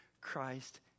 Christ